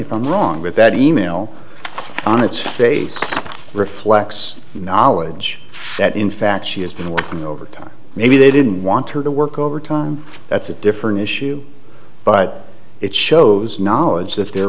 if i'm wrong with that e mail on its face reflects the knowledge that in fact she has been working overtime maybe they didn't want her to work overtime that's a different issue but it shows knowledge that they're